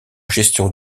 gestion